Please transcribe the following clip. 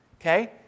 okay